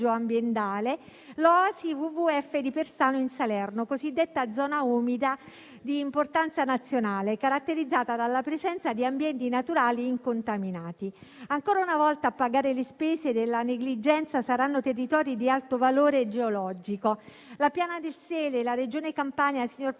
ambientale, l'oasi WWF di Persano in Salerno, cosiddetta zona umida di importanza nazionale caratterizzata dalla presenza di ambienti naturali incontaminati. Ancora una volta, a pagare le spese della negligenza saranno territori di alto valore geologico. La piana del Sele e la Regione Campania non sono